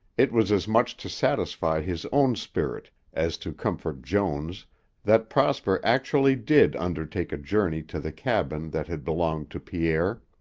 it was as much to satisfy his own spirit as to comfort joan's that prosper actually did undertake a journey to the cabin that had belonged to pierre.